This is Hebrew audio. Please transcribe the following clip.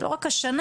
לא רק השנה,